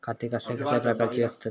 खाते कसल्या कसल्या प्रकारची असतत?